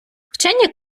вчені